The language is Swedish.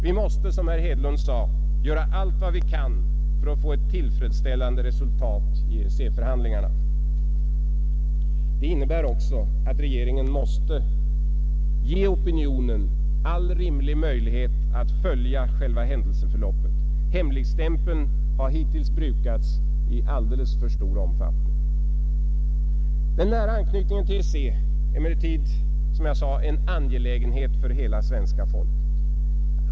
Vi måste, som herr Hedlund sade, göra allt vad vi kan för att få ett tillfredsställande resultat i EEC-förhandlingarna. Det innebär också att regeringen måste ge opinionen all rimlig möjlighet att följa själva händelseförloppet. Hemligstämpeln har hittills brukats i alltför stor omfattning. Den nära anknytningen till EEC är emellertid, som jag sagt, en angelägenhet för hela svenska folket.